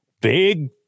big